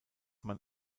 man